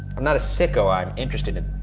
i'm not a sicko, i'm interested in,